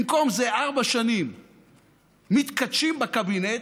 במקום זה ארבע שנים מתכתשים בקבינט,